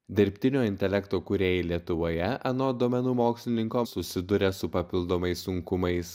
dirbtinio intelekto kūrėjai lietuvoje anot duomenų mokslininko susiduria su papildomais sunkumais